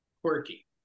Quirky